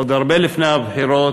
עוד הרבה לפני הבחירות,